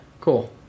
Cool